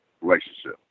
relationship